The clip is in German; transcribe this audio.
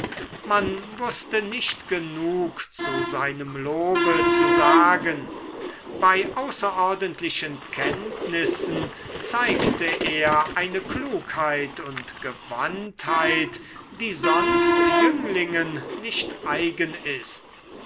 man wußte nicht genug zu seinem lobe zu sagen bei außerordentlichen kenntnissen zeigte er eine klugheit und gewandtheit die sonst jünglingen nicht eigen ist